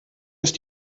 ist